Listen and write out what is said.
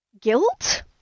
Guilt